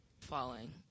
falling